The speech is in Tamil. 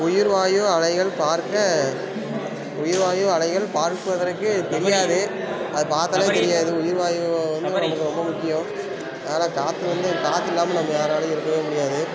உயிர்வாயு அலைகள் பார்க்க உயிர்வாயு அலைகள் பார்ப்பதற்கு தெரியாது அதை பார்த்தாலே தெரியாது உயிர்வாயு வந்து நமக்கு ரொம்ப முக்கியம் அதனால் காற்று வந்து காற்றில்லாம நம்ம யாராலேயும் இருக்கவே முடியாது